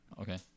Okay